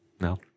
No